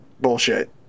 bullshit